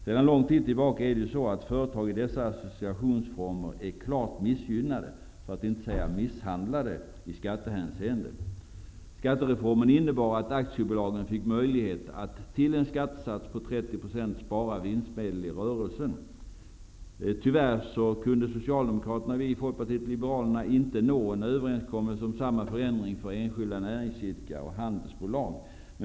Sedan lång tid tillbaka är företag i dessa associationsformer klart missgynnade, för att inte säga misshandlade, i skattehänseende. Skattereformen innebar att aktiebolagen fick möjligheten att, till en skattesats på 30 %, spara vinstmedel i rörelsen. Tyvärr kunde Socialdemokraterna och vi i Folkpartiet liberalerna inte nå en överenskommelse om samma förändring för enskilda näringsidkare och handelsbolag.